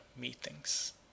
meetings